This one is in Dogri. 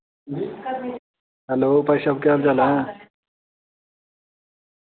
हैलो भाई केह् हाल चाल ऐ